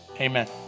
Amen